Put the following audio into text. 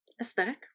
aesthetic